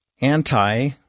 Anti